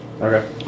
Okay